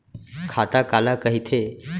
खाता काला कहिथे?